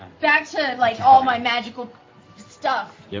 back to like all my magical stuff. yeah